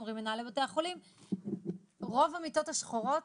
מנהלי בתי החולים אומרים שרוב המיטות השחורות